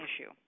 issue